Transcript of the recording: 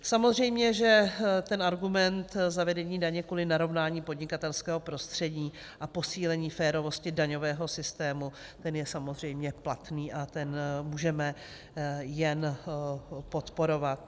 Samozřejmě, že argument zavedení daně kvůli narovnání podnikatelského prostředí a posílení férovosti daňového systému, ten je samozřejmě platný a ten můžeme jen podporovat.